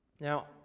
Now